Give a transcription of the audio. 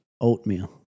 oatmeal